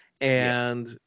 And-